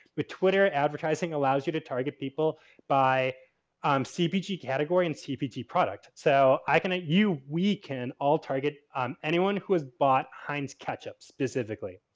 with twitter advertising allows you to target people by um cpg category and cpg product. so, so, i can, you, we can all target anyone who has bought heinz ketchup specifically.